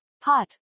pot